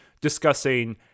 discussing